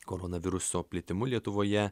koronaviruso plitimu lietuvoje